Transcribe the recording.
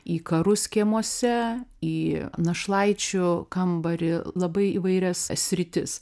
į karus kiemuose į našlaičių kambarį labai įvairias sritis